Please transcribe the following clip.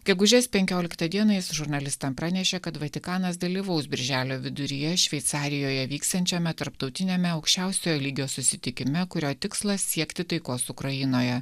gegužės penkioliktą dieną jis žurnalistam pranešė kad vatikanas dalyvaus birželio viduryje šveicarijoje vyksiančiame tarptautiniame aukščiausiojo lygio susitikime kurio tikslas siekti taikos ukrainoje